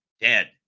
dead